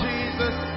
Jesus